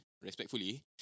respectfully